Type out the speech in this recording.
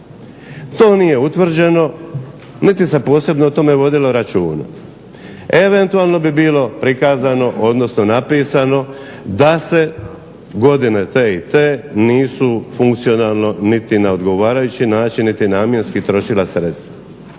to nije utvrđeno niti se posebno o tome vodilo računa, eventualno bi bilo prikazano da se godine te i te nisu funkcionalno, niti na odgovarajući način niti namjenski trošila sredstva.